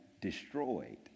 destroyed